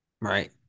Right